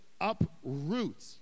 uproot